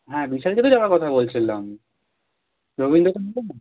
হ্যাঁ বিশাল কথা বলছিলাম রবীন্দ্রকে নিয়ে যাবি